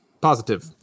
Positive